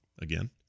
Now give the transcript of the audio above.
again